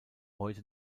heute